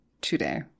today